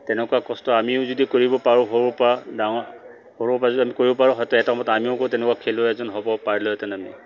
তেনেকুৱা কষ্ট আমিও যদি কৰিব পাৰোঁ সৰুৰপৰা ডাঙৰ সৰুৰপৰা যদি আমি কৰিব পাৰোঁ হয়তো এটা সময়ত আমিও গৈ তেনেকুৱা খেলুৱৈ এজন হ'ব পাৰিলোঁহেঁতেন আমি